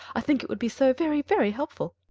i think it would be so very, very helpful.